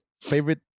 Favorite